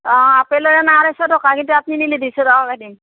অ' apple এনে আঢ়াইশ টকা কিন্তু আপুনি নিলে দুইশ টকাকৈ দিম